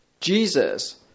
Jesus